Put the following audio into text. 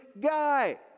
guy